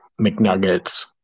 McNuggets